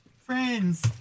friends